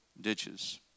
ditches